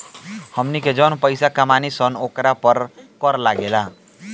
हमनी के जौन पइसा कमानी सन ओकरा पर कर लागेला